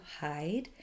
hide